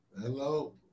Hello